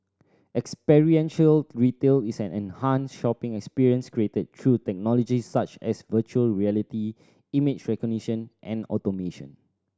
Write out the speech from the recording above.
experiential retail is an enhanced shopping experience created through technologies such as virtual reality image recognition and automation